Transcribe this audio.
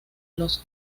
los